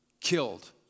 killed